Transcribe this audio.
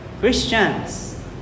Christians